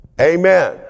Amen